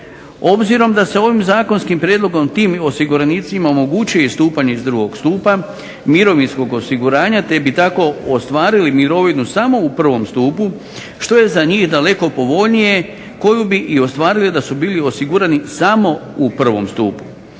Obzirom da se ovim zakonskim prijedlogom tim osiguranicima omogućuje istupanje iz drugog stupa mirovinskog osiguranja te bi tako ostvarili mirovinu samo u prvom stupu što je za njih daleko povoljnije, koju bi i ostvarili da su bili osigurani samo u prvom stupu.